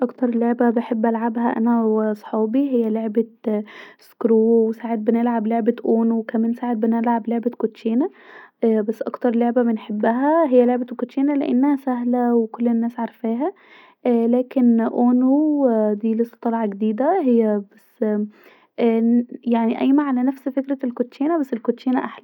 اكتر لعبه بحب العبها انا وصحابي هي لعبه اسكرو وساعات بنلعب لعبه اونو وكمان ساعات بنلعب لعبه كوتشينه بس اكتر لعبه بنحبها هي لعبه الكوتشينه لأن الكوتشينه سهله وكل الناس عارفاها لاكن اونو هي لسا طالعه هي بس اااا يعني هي قايمه علي نفس فكره الكوتشينه بس الكوتشينه احلي